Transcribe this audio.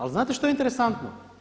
Ali znate šta je interesantno?